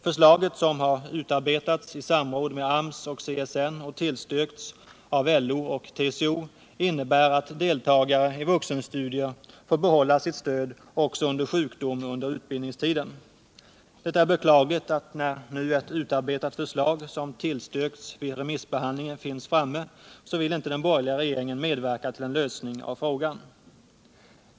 Förslaget, som har utarbetats i samråd med AMS och CSN och tillstyrkts av LO och TCO, innebär att deltagare i vuxenstudier får behålla sitt stöd också under sjukdom under utbildningstiden. Det är beklagligt att när nu ett utarbetat förslag som tillstyrkts vid remissbehandlingen finns framme, vill inte den borgerliga regeringen medverka till en lösning av frågan.